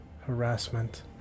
harassment